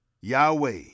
Yahweh